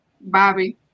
Bobby